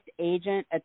agent